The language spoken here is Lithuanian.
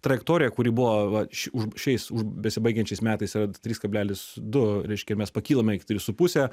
trajektoriją kuri buvo va š už šiais už besibaigiančiais metais yra trys kablelis du reiškia mes pakylame iki trijų su puse